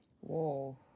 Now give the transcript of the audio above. Whoa